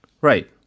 right